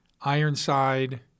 Ironside